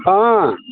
हँ